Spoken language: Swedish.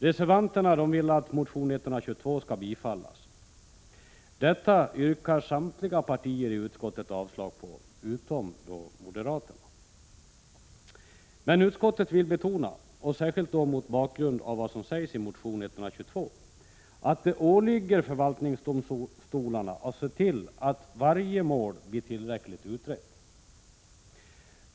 Reservanterna vill att motion Ju122 skall bifallas. Detta yrkar samtliga partier i utskottet avslag på, utom moderaterna. Men utskottet vill betona — särskilt mot bakgrund av vad som sägs i motion Ju122 — att det åligger förvaltningsdomstolarna att se till att varje mål blir tillräckligt utrett.